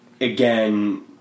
again